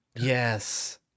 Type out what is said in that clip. Yes